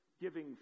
giving